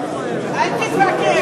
אל תתווכח אתי.